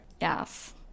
Yes